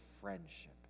friendship